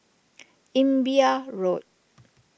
Imbiah Road